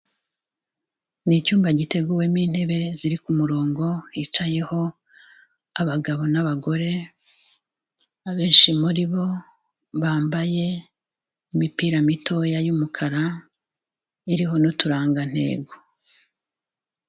Ni icyumba giteguwemo intebe ziri ku murongo, hicayeho abagabo n'abagore, abenshi muri bo bambaye imipira mitoya y'umukara iriho n'uturangantego.